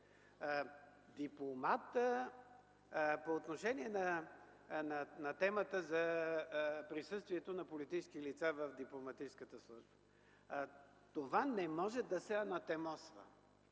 към тях. По отношение на темата за присъствието на политически лица в дипломатическата служба. Това не може да се анатемосва